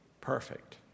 perfect